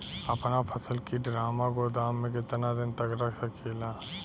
अपना फसल की ड्रामा गोदाम में कितना दिन तक रख सकीला?